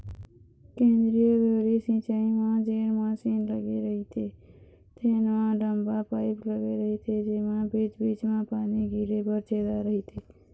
केंद्रीय धुरी सिंचई म जेन मसीन लगे रहिथे तेन म लंबा पाईप लगे रहिथे जेमा बीच बीच म पानी गिरे बर छेदा रहिथे